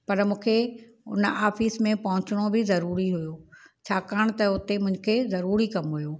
पर मूंखे हुन ऑफिस में पहुचिणो बि ज़रूरी हुओ छाकाणि त हुते मूंखे ज़रूरी कमु हुओ